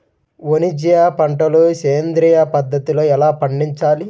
వాణిజ్య పంటలు సేంద్రియ పద్ధతిలో ఎలా పండించాలి?